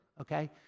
okay